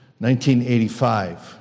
1985